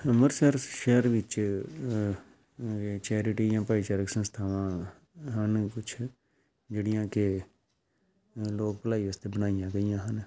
ਅੰਮ੍ਰਿਤਸਰ ਸ਼ਹਿਰ ਵਿੱਚ ਚੈਰਟੀ ਜਾਂ ਭਾਈਚਾਰਕ ਸੰਸਥਾਵਾਂ ਹਨ ਕੁਛ ਜਿਹੜੀਆਂ ਕਿ ਲੋਕ ਭਲਾਈ ਵਾਸਤੇ ਬਣਾਈਆਂ ਗਈਆਂ ਹਨ